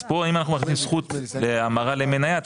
אז פה אם אנחנו נכניס זכות להמרה למנייה אתה